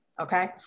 Okay